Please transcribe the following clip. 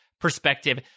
perspective